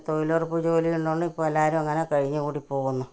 തൊഴിലുറപ്പ് ജോലിയുള്ളതുകൊണ്ട് ഇപ്പോൾ എല്ലാവരും അങ്ങനെ കഴിഞ്ഞുകൂടി പോവുന്നു